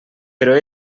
però